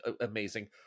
amazing